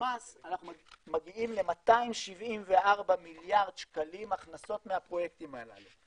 ומס אנחנו מגיעים ל-274 מיליארד שקלים הכנסות מהפרויקטים הללו.